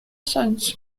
sins